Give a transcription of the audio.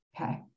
Okay